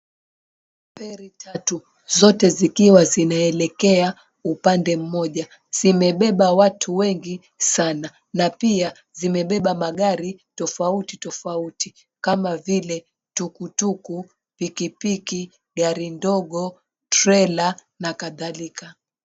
Ferri tatu z𝑜𝑡𝑒 zikiwa zinaelekea upande mmoja zimebeba watu wengi sana na pia zimebeba magari tofauti tofauti kama vile tuktuku, pikipiki ,gari ndogo, trela na kadhalika.